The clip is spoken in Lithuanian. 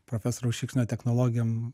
profesoriaus šikšnio technologijom